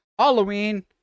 Halloween